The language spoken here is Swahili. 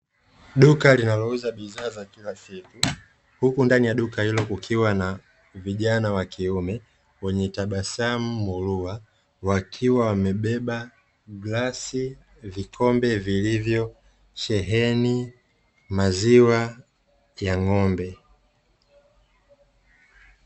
Duka linalouza bidhaa za kila siku, huku ndani ya duka hilo kukiwa na vijana wa kiume wenye tabasamu murua; wakiwa wamebeba glasi, vikombe vilivyosheheni maziwa ya ng’ombe.